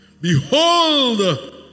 behold